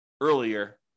earlier